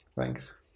Thanks